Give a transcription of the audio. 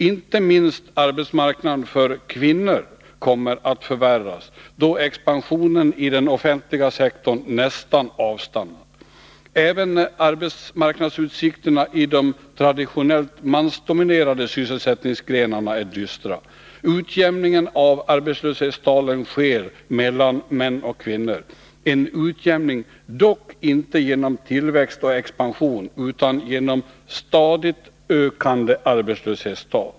Inte minst arbetsmarknaden för kvinnor kommer att förvärras, då expansionen i den offentliga sektorn nästan har avstannat. Även arbetsmarknadsutsikterna i de traditionellt mansdominerade sysselsättningsgrenarna är dystra. Utjämningen av arbetslöshetstalen sker mellan män och kvinnor — en utjämning dock inte genom tillväxt och expansion utan genom stadigt ökande arbetslöshetstal.